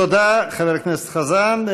תודה, חבר הכנסת חזן.